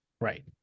Right